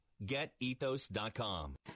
getethos.com